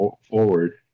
forward